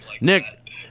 Nick